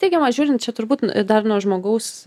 teigiamai žiūrint čia turbūt ir dar nuo žmogaus